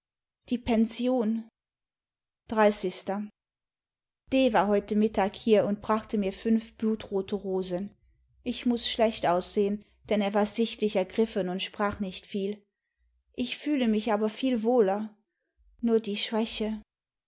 die pension d war heute mittag hier und brachte mir fünf blutrote rosen ich muß schlecht aussehen denn er war sichtlich ergriffen und sprach nicht viel ich fühle mich aber viel wohler nur die schwäche